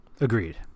Agreed